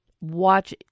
watch